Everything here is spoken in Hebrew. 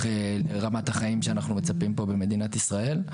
לרמת החיים שאנחנו מצפים פה במדינת ישראל.